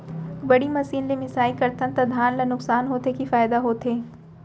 बड़ी मशीन ले मिसाई करथन त धान ल नुकसान होथे की फायदा होथे?